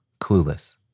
Clueless